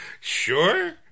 Sure